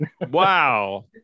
Wow